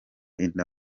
inda